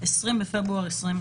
(20 בפברואר 2022)